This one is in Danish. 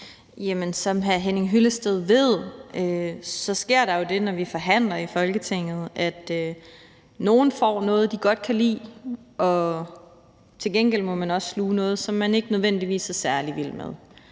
som hr. Henning Hyllested ved, sker der jo det, når vi forhandler i Folketinget, at nogle får noget, de godt kan lide, og til gengæld må de også sluge noget, som de ikke nødvendigvis er særlig vilde med.